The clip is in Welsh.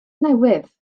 newydd